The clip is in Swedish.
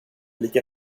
lika